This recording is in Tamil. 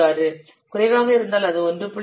46 குறைவாக இருந்தால் அது 1